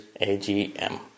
AGM